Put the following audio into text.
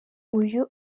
uyu